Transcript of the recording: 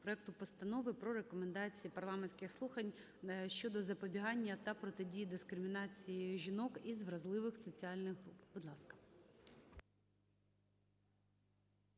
проекту Постанови про рекомендації парламентських слухань щодо запобігання та протидії дискримінації жінок з вразливих соціальних груп. Будь ласка.